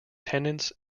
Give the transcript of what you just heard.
tenants